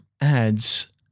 ads